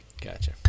Gotcha